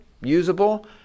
usable